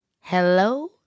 Hello